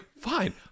fine